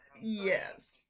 Yes